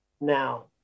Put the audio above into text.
now